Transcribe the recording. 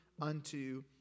unto